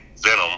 venom